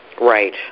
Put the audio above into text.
Right